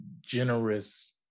generous